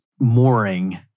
mooring